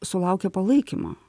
sulaukia palaikymo